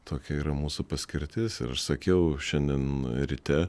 tokia yra mūsų paskirtis ir aš sakiau šiandien ryte